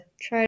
try